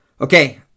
Okay